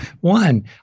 one